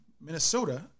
Minnesota